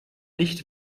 nicht